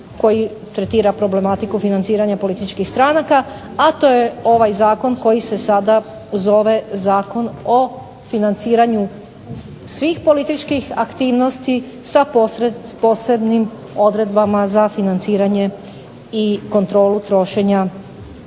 koji tretira problematiku financiranja političkih stranka, a to je ovaj zakon koji se sada zove Zakon o financiranju svih političkih aktivnosti sa posebnim odredbama za financiranje i kontrolu trošenja